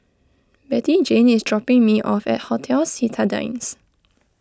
Bettyjane is dropping me off at Hotel Citadines